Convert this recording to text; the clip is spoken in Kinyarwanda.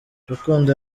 rukundo